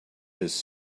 his